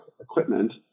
equipment